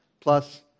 plus